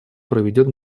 проведет